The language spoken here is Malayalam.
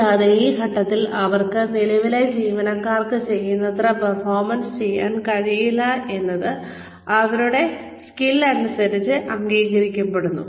കൂടാതെ ഈ ഘട്ടത്തിൽ അവർക്ക് നിലവിലെ ജീവനക്കാർ ചെയ്യുന്നത്ര പെർഫോമൻസ് ചെയ്യാൻ സാധിക്കില്ല എന്നത് അവരുടെ സ്കിൽ അനുസരിച്ചു അംഗീകരിക്കുന്നു